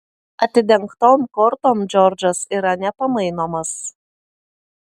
atidengtom kortom džordžas yra nepamainomas